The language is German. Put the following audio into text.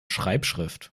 schreibschrift